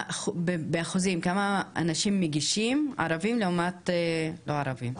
באחוזים, כמה אנשים מגישים, ערבים לעומת לא ערבים?